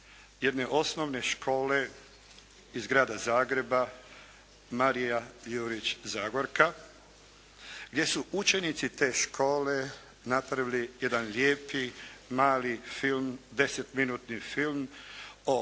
jedne osnovne škole iz grada Zagreba «Marija Jurić Zagorka» gdje su učenici te škole napravili jedan lijepi mali film, 10-minutni film o